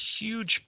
huge